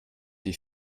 die